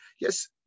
Yes